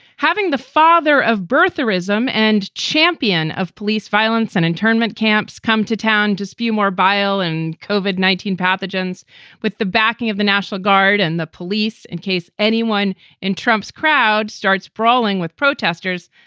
having the father of birth tourism and champion of police violence and internment camps come to town to spew more bile and covered nineteen pathogen's with the backing of the national guard and the police in case anyone in trump's crowd starts brawling with protesters.